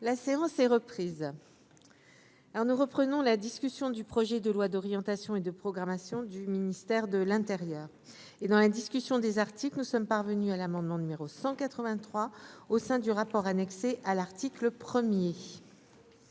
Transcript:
La séance est reprise alors nous reprenons la discussion du projet de loi d'orientation et de programmation du ministère de l'Intérieur et dans la discussion des articles que nous sommes parvenus à l'amendement numéro 183 au sein du rapport annexé à l'article